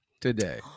today